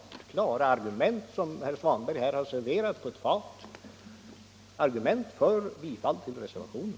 Det är klara argument som herr Svanberg här har serverat på ett fat, argument för bifall till reservationen.